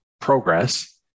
progress